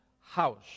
house